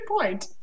point